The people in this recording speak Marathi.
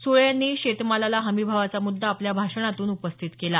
सुळे यांनीही शेतमालाला हमीभावाचा मुद्दा आपल्या भाषणातून उपस्थित केला